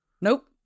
nope